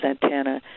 Santana